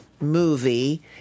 movie